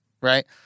Right